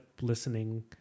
listening